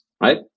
right